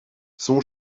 son